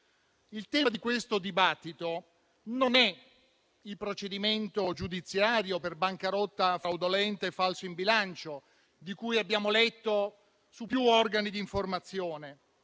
il tema di questo dibattito non è il procedimento giudiziario per bancarotta fraudolenta e falso in bilancio, di cui abbiamo letto su più organi di informazione,